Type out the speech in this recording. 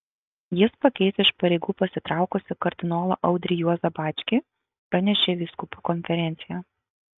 jis pakeis iš pareigų pasitraukusį kardinolą audrį juozą bačkį pranešė vyskupų konferencija